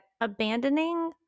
abandoning